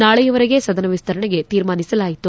ನಾಳೆಯವರೆಗೆ ಸದನ ವಿಸ್ತರಣೆಗೆ ತೀರ್ಮಾನಿಸಲಾಯಿತು